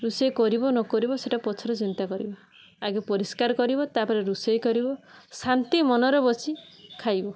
ରୁଷେଇ କରିବ ନ କରିବ ସେଇଟା ପଛରେ ଚିନ୍ତା କରିବା ଆଗେ ପରିଷ୍କାର କରିବ ତା ପରେ ରୋଷେଇ କରିବ ଶାନ୍ତି ମନରେ ବସି ଖାଇବ